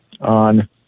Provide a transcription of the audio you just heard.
on